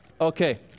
Okay